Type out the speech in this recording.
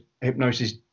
hypnosis